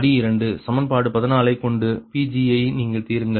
படி 2 சமன்பாடு 14 ஐ கொண்டு Pgi ஐ தீருங்கள்